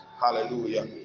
Hallelujah